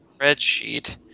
spreadsheet